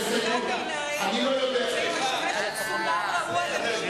היא משמשת סולם רעוע למי,